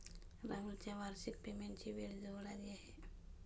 राहुलच्या वार्षिक पेमेंटची वेळ जवळ आली आहे